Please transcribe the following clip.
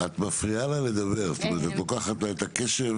זה סבל ממש יום